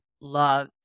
love